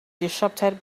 disrupted